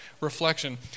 reflection